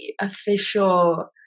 official